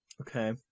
Okay